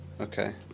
Okay